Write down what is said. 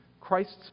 Christ's